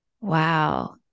Wow